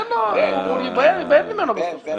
תן לו, הוא ייבהל ממנו בסוף.